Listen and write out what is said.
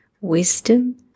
wisdom